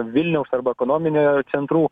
vilniaus arba ekonominė centrų